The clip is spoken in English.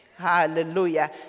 Hallelujah